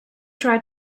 tried